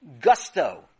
gusto